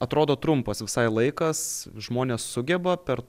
atrodo trumpas visai laikas žmonės sugeba per